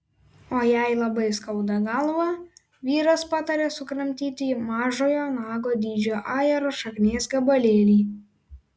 o jei labai skauda galvą vyras patarė sukramtyti mažojo nago dydžio ajero šaknies gabalėlį